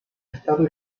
estado